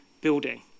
building